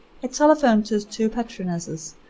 i telephoned to his two patronesses,